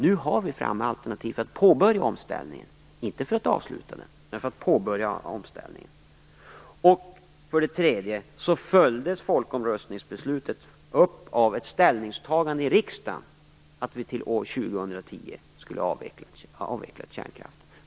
Nu har vi fått fram alternativ för att påbörja omställningen, inte för att avsluta den. Dessutom följdes folkomröstningsbeslutet upp av ett ställningstagande i riksdagen, att vi till år 2010 skulle ha avvecklat kärnkraften.